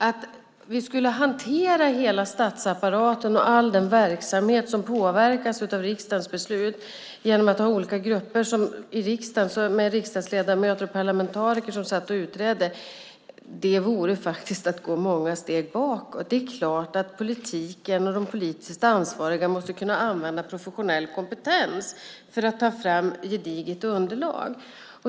Att hantera hela statsapparaten och all den verksamhet som påverkas av riksdagens beslut genom att ha olika grupper i riksdagen med riksdagsledamöter som utreder vore att gå många steg bakåt. Det är klart att de politiskt ansvariga måste kunna använda professionell kompetens för att ta fram gedigna underlag.